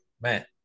Man